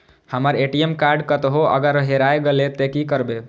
हमर ATM card कतहो अगर हेराय गले ते की करबे?